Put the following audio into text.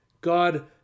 God